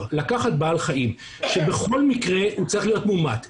לקחת בעל חיים שבכל מקרה הוא צריך להיות מומת,